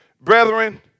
Brethren